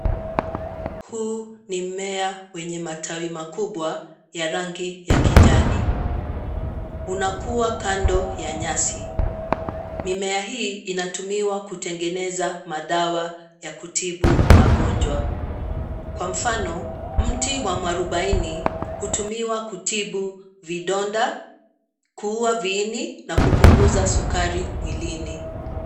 Huu ni mmea wenye matawi makubwa ya rangi ya kijani. Unakua kando ya nyasi. Mimea hii inatumiwa kutengeneza madawa ya kutibu magonjwa. Kwa mfano, mti wa mwarobaini hutumiwa kutibu vidonda, kuua viini na kupunguza sukari mwilini.